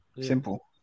Simple